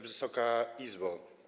Wysoka Izbo!